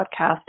podcast